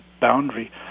boundary